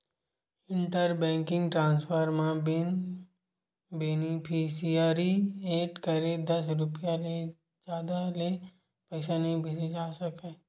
inter banking transfer म बिन beneficiary add करे दस रूपिया ले जादा के पइसा नइ भेजे जा सकय